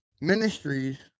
ministries